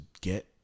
get